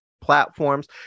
platforms